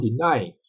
denying